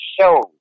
show